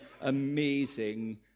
amazing